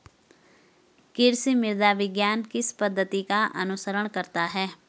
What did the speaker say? कृषि मृदा विज्ञान किस पद्धति का अनुसरण करता है?